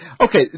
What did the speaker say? Okay